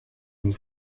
une